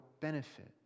benefit